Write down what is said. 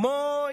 כמו,